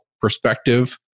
perspective